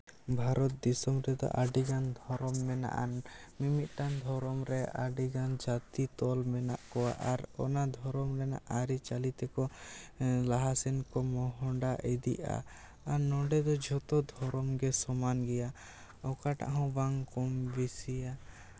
ᱵᱷᱟᱨᱚᱛ ᱫᱤᱥᱚᱢ ᱨᱮᱫᱚ ᱟᱹᱰᱤᱜᱟᱱ ᱫᱷᱚᱨᱚᱢ ᱢᱮᱱᱟᱜ ᱟᱱ ᱢᱤᱫ ᱢᱤᱫᱴᱟᱝ ᱫᱷᱚᱨᱚᱢ ᱨᱮ ᱟᱹᱰᱤᱜᱟᱱ ᱡᱟᱹᱛᱤ ᱛᱚᱞ ᱢᱮᱱᱟᱜ ᱠᱚᱣᱟ ᱟᱨ ᱚᱱᱟ ᱫᱷᱚᱨᱚᱢ ᱨᱮᱱᱟᱜ ᱟᱹᱨᱤᱪᱟᱹᱞᱤ ᱛᱮᱠᱚ ᱞᱟᱦᱟᱥᱮᱱ ᱠᱚ ᱢᱚᱦᱰᱟ ᱤᱫᱤᱜᱼᱟ ᱟᱨ ᱱᱚᱸᱰᱮ ᱫᱚ ᱡᱷᱚᱛᱚ ᱫᱷᱚᱨᱚᱢ ᱜᱮ ᱥᱚᱢᱟᱱ ᱜᱮᱭᱟ ᱚᱠᱟᱴᱟᱜ ᱦᱚᱸ ᱵᱟᱝ ᱠᱚᱢ ᱵᱮᱥᱤᱭᱟ